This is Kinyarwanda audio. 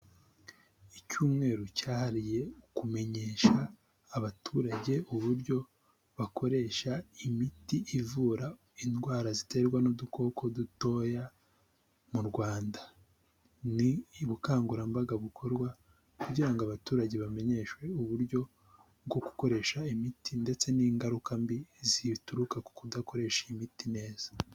Icyumweru cyahaririye kumenyesha abaturage uburyo bakoresha imiti ivura indwara ziterwa n'udukoko dutoya mu Rwanda, ni ubukangurambaga bukorwa kugira ngo abaturage bamenyeshwe uburyo bwo gukoresha imiti ndetse n'ingaruka mbi zituruka ku kudakoresha imiti neza.